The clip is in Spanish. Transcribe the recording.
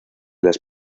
las